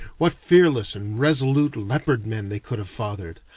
what fearless and resolute leopard-men they could have fathered!